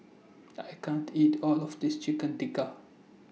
I can't eat All of This Chicken Tikka